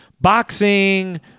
boxing